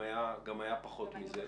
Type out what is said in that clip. גם היה פחות מזה.